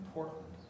Portland